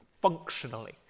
functionally